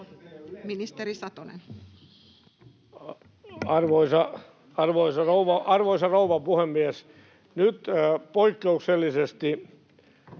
Content: Arvoisa rouva puhemies! Nyt poikkeuksellisesti